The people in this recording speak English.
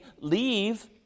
leave